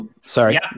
Sorry